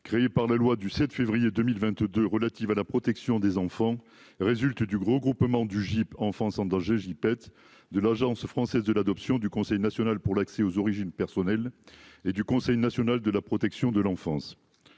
créé par la loi du 7 février 2022 relatives à la protection des enfants, résulte du gros groupement du GIP Enfance en danger Giped de l'Agence française de l'adoption du Conseil national pour l'accès aux origines personnelles et du conseil national de la protection de l'enfance